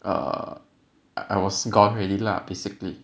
err I was gone already lah basically